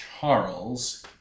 Charles